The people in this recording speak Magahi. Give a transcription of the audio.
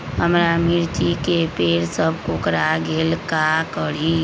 हमारा मिर्ची के पेड़ सब कोकरा गेल का करी?